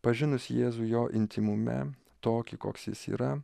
pažinus jėzų jo intymume tokį koks jis yra